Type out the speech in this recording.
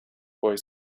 boy